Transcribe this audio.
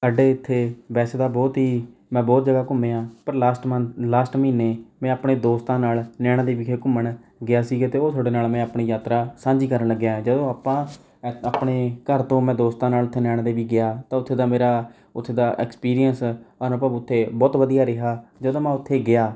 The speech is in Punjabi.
ਸਾਡੇ ਇੱਥੇ ਵੈਸੇ ਤਾਂ ਬਹੁਤ ਹੀ ਮੈਂ ਬਹੁਤ ਜਗ੍ਹਾ ਘੁੰਮਿਆਂ ਪਰ ਲਾਸਟ ਮਨ ਲਾਸਟ ਮਹੀਨੇ ਮੈਂ ਆਪਣੇ ਦੋਸਤਾਂ ਨਾਲ ਨੈਣਾ ਦੇਵੀ ਗਿਆ ਘੁੰਮਣ ਗਿਆ ਸੀਗਾ ਅਤੇ ਉਹ ਤੁਹਾਡੇ ਨਾਲ ਮੈਂ ਆਪਣੀ ਯਾਤਰਾ ਸਾਂਝੀ ਕਰਨ ਲੱਗਿਆਂ ਜਦੋਂ ਆਪਾਂ ਆਪਣੇ ਘਰ ਤੋਂ ਮੈਂ ਦੋਸਤਾਂ ਨਾਲ ਉੱਥੇ ਨੈਣਾ ਦੇਵੀ ਗਿਆ ਤਾਂ ਉੱਥੇ ਦਾ ਮੇਰਾ ਉੱਥੇ ਦਾ ਐਕਸਪੀਰੀਐਂਸ ਅਨੁਭਵ ਉੱਥੇ ਬਹੁਤ ਵਧੀਆ ਰਿਹਾ ਜਦੋਂ ਮੈਂ ਉੱਥੇ ਗਿਆ